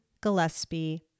Gillespie